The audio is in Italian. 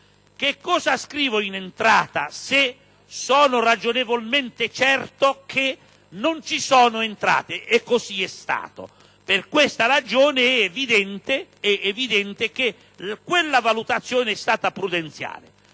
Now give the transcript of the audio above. «Che cosa scrivo in entrata se sono ragionevolmente certo che non ci sono entrate?» E così è stato. Per questa ragione è evidente che quella valutazione è stata prudenziale.